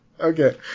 Okay